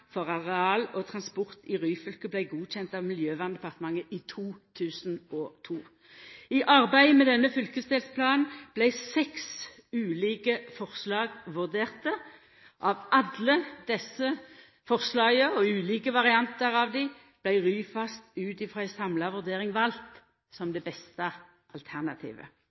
for areal og transport i Ryfylke vart godkjend av Miljøverndepartementet i 2002. I arbeidet med denne fylkesdelplanen vart seks ulike forslag vurderte. Av alle desse forslaga og ulike variantar av dei vart Ryfast, ut frå ei samla vurdering, valt som det beste alternativet.